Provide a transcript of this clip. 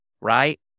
right